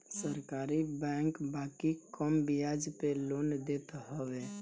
सरकारी बैंक बाकी कम बियाज पे लोन देत हवे